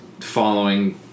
following